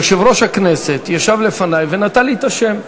יושב-ראש הכנסת ישב לפני ונתן לי את השם.